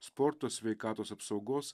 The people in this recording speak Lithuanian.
sporto sveikatos apsaugos